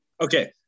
Okay